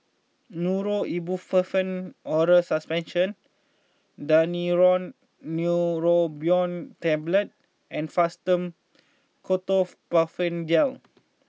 Nurofen Ibuprofen Oral Suspension Daneuron Neurobion Tablets and Fastum Ketoprofen Gel